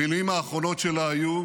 המילים האחרונות שלה היו